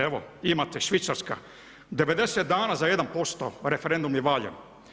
Evo imate Švicarska 90 dana za 1% referendum je valjao.